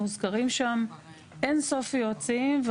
מוזכרים שם אין סוף יועצים.